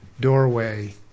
doorway